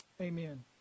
amen